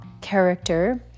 character